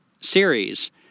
series